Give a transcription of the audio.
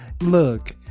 look